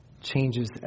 changes